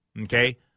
Okay